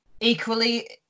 equally